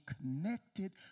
connected